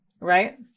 right